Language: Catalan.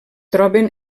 troben